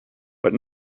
but